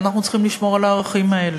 ואנחנו צריכים לשמור על הערכים האלה.